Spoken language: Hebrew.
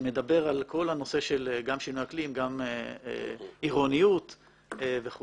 שמדבר על כל הנושא גם של האקלים וגם עירוניות וכולי.